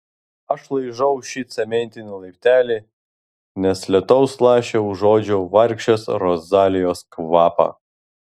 aš laižau šį cementinį laiptelį nes lietaus laše užuodžiau vargšės rozalijos kvapą